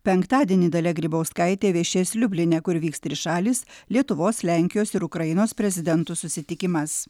penktadienį dalia grybauskaitė viešės liubline kur vyks trišalis lietuvos lenkijos ir ukrainos prezidentų susitikimas